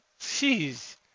Jeez